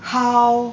好